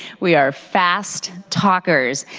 we are fast talkers.